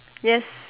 yes